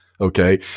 Okay